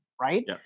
right